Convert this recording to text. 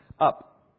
up